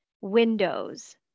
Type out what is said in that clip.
windows